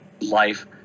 life